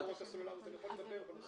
כנציג חברות הסלולר אני יכול לדבר בנושא הזה.